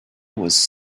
was